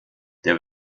der